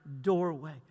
doorway